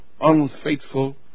unfaithful